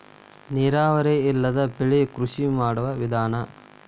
ನೇರಾವರಿ ಇಲ್ಲದೆ ಬೆಳಿಯು ಕೃಷಿ ಮಾಡು ವಿಧಾನಾ